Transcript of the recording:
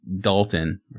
Dalton